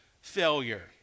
failure